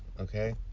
okay